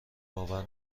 باور